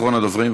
אחרון הדוברים,